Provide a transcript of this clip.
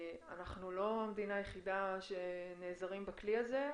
אנחנו לא המדינה היחידה שנעזרת בכלי הזה,